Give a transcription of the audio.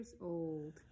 Old